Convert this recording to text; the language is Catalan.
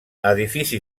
edifici